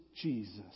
Jesus